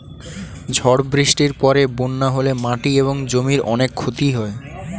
ঝড় বৃষ্টির পরে বন্যা হলে মাটি এবং জমির অনেক ক্ষতি হয়